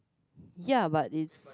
ya but is